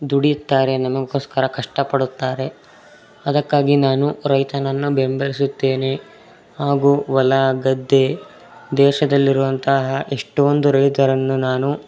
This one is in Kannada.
ದುಡಿಯುತ್ತಾರೆ ನಮಗೋಸ್ಕರ ಕಷ್ಟಪಡುತ್ತಾರೆ ಅದಕ್ಕಾಗಿ ನಾನು ರೈತನನ್ನು ಬೆಂಬಲಿಸುತ್ತೇನೆ ಹಾಗೂ ಹೊಲ ಗದ್ದೆ ದೇಶದಲ್ಲಿ ಇರುವಂತಹ ಇಷ್ಟೊಂದು ರೈತರನ್ನು ನಾನು